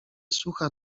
słucha